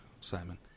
Simon